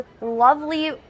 lovely